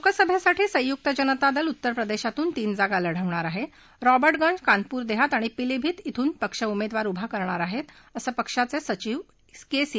लोकसभसीठी संयुक्त जनता दल उत्तर प्रदधीतून तीन जागा लढवणार आहा रॉबर्टगंज कानपुर दह्क्त आणि पीलीभीत इथून पक्ष उमद्विवार उभा करणार आहञ्रिसं पक्षाचसिचिव का सी